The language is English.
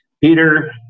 Peter